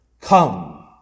Come